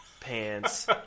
pants